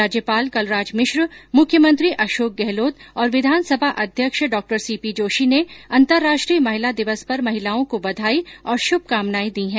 राज्यपाल कलराज मिश्र मुख्यमंत्री अशोक गहलोत और विधानसभा अध्यक्ष सीपी जोशी ने अंतर्राष्ट्रीय महिला दिवस पर महिलाओं को बधाई और श्भकामनायें दी है